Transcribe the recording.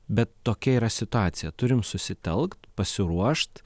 bet tokia yra situacija turim susitelkt pasiruošt